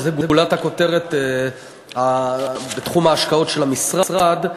גולת הכותרת בתחום ההשקעות של המשרד,